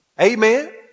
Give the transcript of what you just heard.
Amen